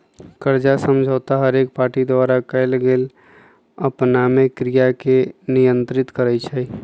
कर्जा समझौता हरेक पार्टी द्वारा कएल गेल आपनामे क्रिया के नियंत्रित करई छै